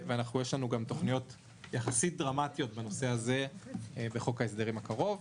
ויש לנו תוכניות יחסית דרמטיות בנושא הזה בחוק ההסדרים הקרוב.